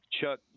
Chuck